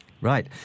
Right